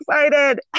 excited